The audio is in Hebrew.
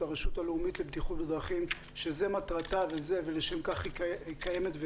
הרשות הלאומית לבטיחות בדרכים שזו מטרתה ולשם כך היא קיימת,